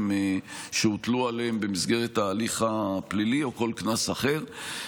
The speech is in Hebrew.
שהוטלו עליהם במסגרת ההליך הפלילי או כל קנס אחר.